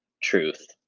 truth